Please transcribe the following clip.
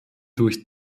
durch